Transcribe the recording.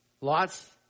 lots